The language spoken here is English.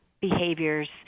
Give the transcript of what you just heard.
behaviors